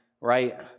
right